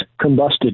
combusted